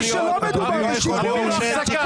אבל הוא מסביר לך שלא מדובר בשיפוץ.